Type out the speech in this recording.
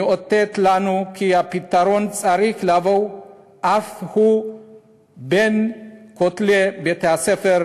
מאותת לנו כי הפתרון צריך לבוא אף הוא בין כותלי בתי-הספר,